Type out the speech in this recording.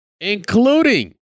Including